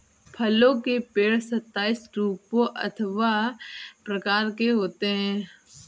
फलों के पेड़ सताइस रूपों अथवा प्रकार के होते हैं